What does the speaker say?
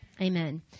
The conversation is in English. amen